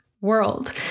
world